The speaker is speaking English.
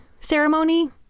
ceremony